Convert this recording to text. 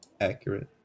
accurate